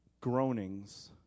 groanings